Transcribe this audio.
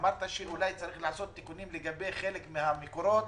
אמרת שאולי צריך לעשות תיקונים לגבי חלק מהמקורות